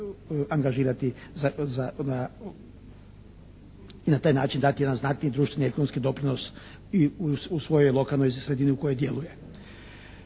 angažirati i na taj način dati jedan znatniji društveni ekonomski doprinos i u svojoj lokalnoj sredini u kojoj djeluje.